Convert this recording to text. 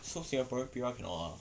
so singaporean P_R cannot lah